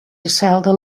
deselde